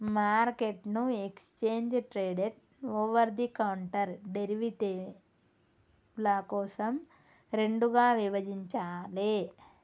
మార్కెట్ను exchange traded, over the counter డెరివేటివ్ల కోసం రెండుగా విభజించాలే